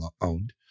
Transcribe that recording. owned